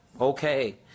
okay